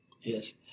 yes